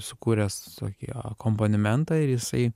sukūręs tokį akompanimentą ir jisai